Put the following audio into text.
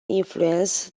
influence